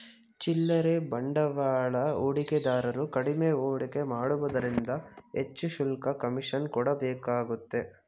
ಚಿಲ್ಲರೆ ಬಂಡವಾಳ ಹೂಡಿಕೆದಾರರು ಕಡಿಮೆ ಹೂಡಿಕೆ ಮಾಡುವುದರಿಂದ ಹೆಚ್ಚು ಶುಲ್ಕ, ಕಮಿಷನ್ ಕೊಡಬೇಕಾಗುತ್ತೆ